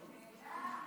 נהדר.